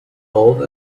old